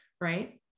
Right